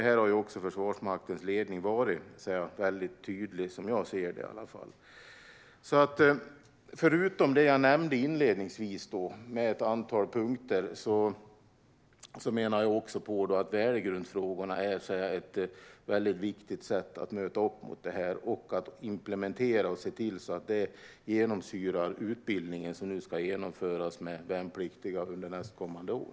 Här har Försvarsmaktens ledning varit mycket tydlig, i alla fall som jag ser det. Förutom det jag nämnde inledningsvis är också värdegrundsfrågorna ett viktigt sätt att bemöta det här. Det är viktigt att implementera värdegrunden och att se till att den genomsyrar utbildningen som ska genomföras med värnpliktiga under nästkommande år.